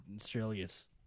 Australia's